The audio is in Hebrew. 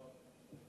לא.